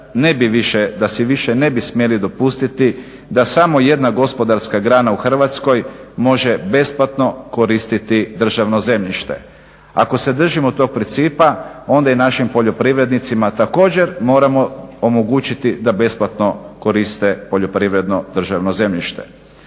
da si više ne bi smjeli dopustiti da samo jedna gospodarska grana u Hrvatskoj može besplatno koristiti državno zemljište, ako se držimo tog principa onda i našim poljoprivrednicima također moramo omogućiti da besplatno koriste poljoprivredno državno zemljište.